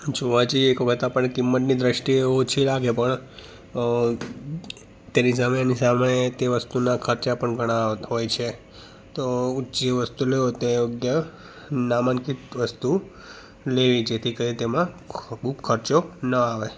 જોવા જઈએ એક વાત આપણને કિંમતની દૃષ્ટિએ ઓછી લાગે પણ તેની સામે એની સામે તે વસ્તુના ખર્ચા પણ ઘણા હોય છે તો જે વસ્તુ લો તે યોગ્ય નામાંકિત વસ્તુ લેવી જેથી કરી તેમાં ખૂબ ખર્ચો ન આવે